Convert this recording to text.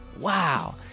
Wow